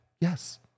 Yes